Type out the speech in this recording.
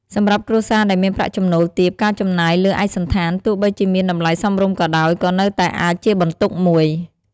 សម្រាប់គ្រួសារដែលមានប្រាក់ចំណូលទាប ការចំណាយលើឯកសណ្ឋាន ទោះបីជាមានតម្លៃសមរម្យក៏ដោយ ក៏នៅតែអាចជាបន្ទុកមួយ។